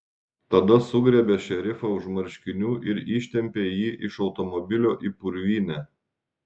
tada sugriebė šerifą už marškinių ir ištempė jį iš automobilio į purvynę